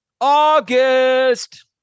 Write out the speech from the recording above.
August